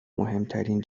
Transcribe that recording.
مهمترین